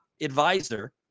advisor